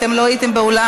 אתם לא הייתם באולם,